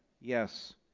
Yes